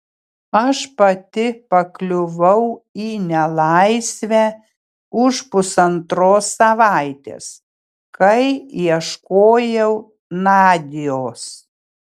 aš pati pakliuvau į nelaisvę už pusantros savaitės kai ieškojau nadios